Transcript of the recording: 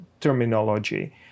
terminology